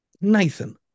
Nathan